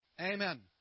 Amen